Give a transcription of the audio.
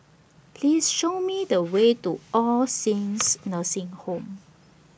Please Show Me The Way to All Saints Nursing Home